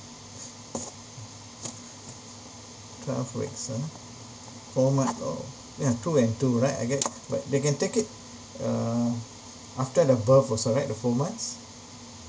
twelve weeks !huh! four month oh ya two and two right I get but they can take it uh after the birth also right the four months